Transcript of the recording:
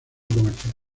comercial